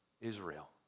Israel